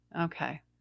Okay